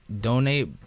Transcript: Donate